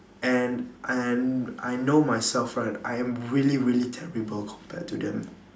and and I know myself right I am really really terrible compared to them